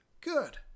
good